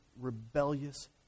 rebellious